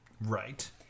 Right